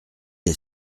est